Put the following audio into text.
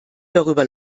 darüber